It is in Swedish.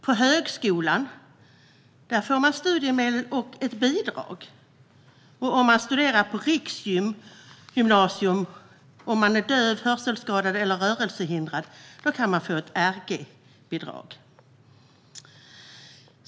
På högskolan får man studiemedel som består av en bidragsdel och en lånedel. Om man studerar på riksgymnasium och är döv, hörselskadad eller rörelsehindrad kan man få Rg-bidrag.